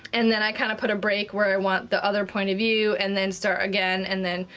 and then i kinda put a break where i want the other point of view, and then start again, and then,